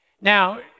Now